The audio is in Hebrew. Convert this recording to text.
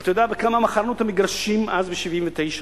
אתה יודע בכמה מכרנו את המגרשים אז, ב-1979?